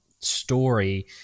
story